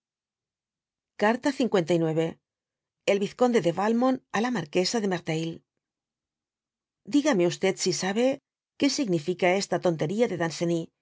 carta lix jsl vizconde de valmoni á la marquesa de merteml jjigame si sabe qu significa esta tontería de